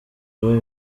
kuba